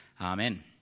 Amen